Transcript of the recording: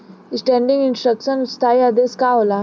Standing instruction स्थाई आदेश का होला?